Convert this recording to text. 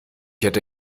hätte